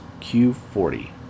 Q40